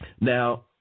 Now